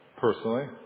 personally